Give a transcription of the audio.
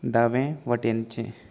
दावे वटेनचें